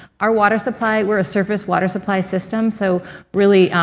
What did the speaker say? our water supply we're a surface water supply system. so really,